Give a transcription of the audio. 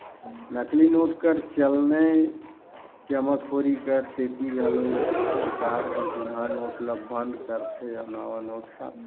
नकली नोट कर चलनए जमाखोरी कर सेती घलो सरकार हर जुनहा नोट ल बंद करथे अउ नावा नोट छापथे